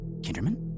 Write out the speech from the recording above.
Kinderman